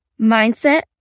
mindset